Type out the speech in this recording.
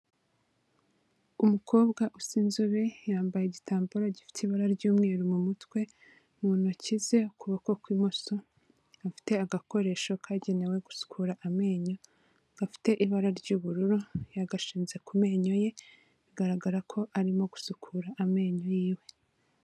Umukobwa usa inzobe yambaye igitambaro gifite ibara ry'umweru mu mutwe, mu ntoki ze ukuboko kw'imoso afite agakoresho kagenewe gusukura amenyo gafite ibara ry'ubururu, yagashinze ku menyo ye bigaragara ko arimo gusukura amenyo yiwe.